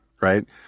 right